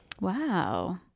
Wow